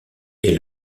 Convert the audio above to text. est